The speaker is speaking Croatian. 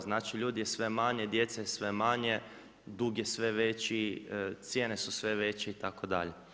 Znači, ljudi je sve manje, djece je sve manje, dug je sve veći, cijene su sve veće itd.